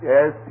Yes